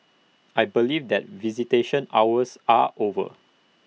I believe that visitation hours are over